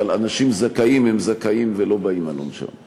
אבל אנשים זכאים הם זכאים ולא באים על עונשם